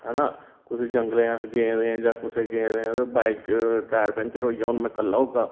ऐ ना कुतै जंगलें अस गेदे जां कुतै गेदे आं ते बाइक दा टायर पंक्चर होई गेआ हून में कल्ला होगा